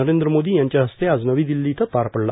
नरेंद्र मोदी यांच्या हस्ते आज नवी दिल्ली इथं पार पडला